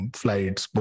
flights